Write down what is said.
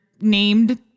named